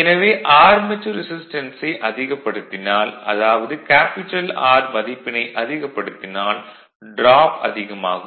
எனவே ஆர்மெச்சூர் ரெசிஸ்டன்ஸை அதிகப்படுத்தினால் அதாவது கேபிடல் R மதிப்பினை அதிகப்படுத்தினால் ட்ராப் அதிகமாகும்